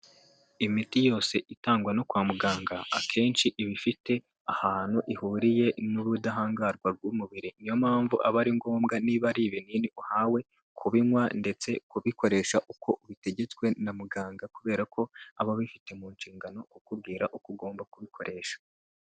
Imiti yose itangwa no kwa muganga, akenshi iba ifite ahantu ihuriye n'ubudahangarwa bw'umubiri. Niyo mpamvu aba ari ngombwa niba ari ibinini uhawe, kubinywa ndetse kubikoresha uko ubitegetswe na muganga kubera ko aba abifite mu nshingano kukubwira uko ugomba kubikoresha.